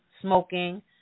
smoking